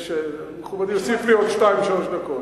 מכובדי, יוסיף לי עוד שתיים-שלוש דקות.